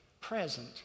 present